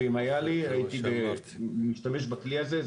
אם היה לי הייתי משתמש בכלי הזה.